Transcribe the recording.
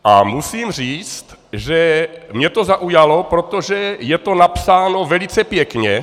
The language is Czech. A musím říct, že mě to zaujalo, protože je to napsáno velice pěkně.